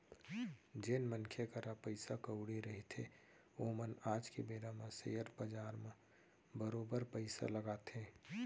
जेन मनखे करा पइसा कउड़ी रहिथे ओमन आज के बेरा म सेयर बजार म बरोबर पइसा लगाथे